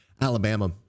Alabama